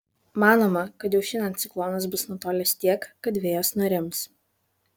manoma kad jau šiandien ciklonas bus nutolęs tiek kad vėjas nurims